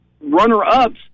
runner-ups